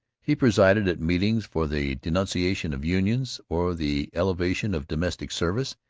he presided at meetings for the denunciation of unions or the elevation of domestic service,